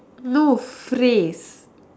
no phrase